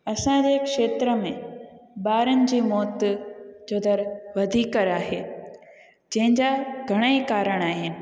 असांजे खेत्र में ॿारनि जी मौत जो दर वधीक कर आहे जंहिंजा घणा ई कारण आहिनि